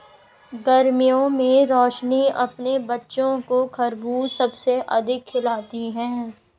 गर्मियों में रोशनी अपने बच्चों को खरबूज सबसे अधिक खिलाती हैं